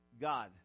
God